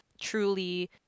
truly